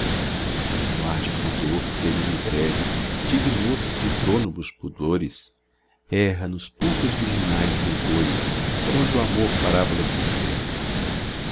luar de pudor sereno e breve de ignotos e de prônubos pudores erra nos pulcros virginais brancores por onde o amor parábolas descreve